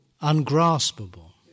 ungraspable